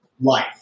Life